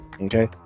Okay